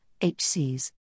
HCs